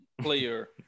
player